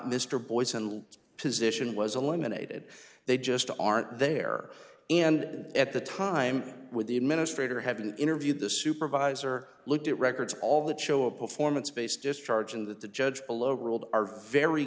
mr boies and position was eliminated they just aren't there and at the time with the administrator had been interviewed the supervisor looked at records all that show a performance based discharge and that the judge below ruled our very